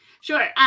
sure